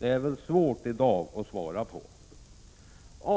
är det väl svårt att svara på i dag.